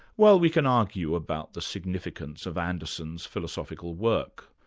well we can argue about the significance of anderson's philosophical work,